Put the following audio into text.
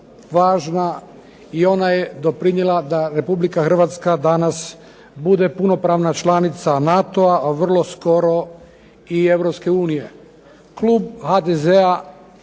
važna i ona je doprinijela da Republika Hrvatska danas bude punopravna članica NATO-a a vrlo skoro i Europske unije.